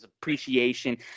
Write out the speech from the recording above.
appreciation